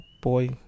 boy